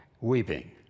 weeping